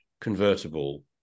convertible